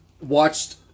watched